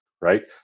right